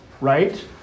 right